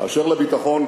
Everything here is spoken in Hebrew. באשר לביטחון.